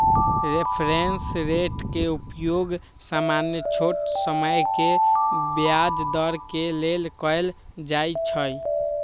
reference rate के उपयोग सामान्य छोट समय के ब्याज दर के लेल कएल जाइ छइ